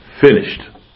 finished